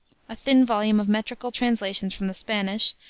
a thin volume of metrical translations from the spanish,